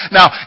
Now